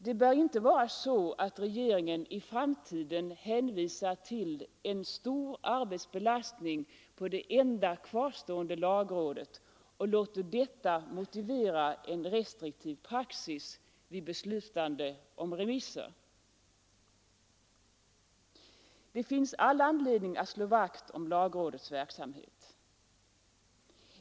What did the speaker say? Det bör inte vara så att regeringen i framtiden hänvisar till en stor arbetsbelastning på det enda kvarstående lagrådet och låter detta motivera en restriktiv praxis vid beslut om remisser. Det finns all anledning att slå vakt om lagrådets verksamhet.